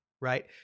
right